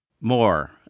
More